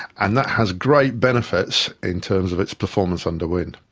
and that has great benefits in terms of its performance under wind.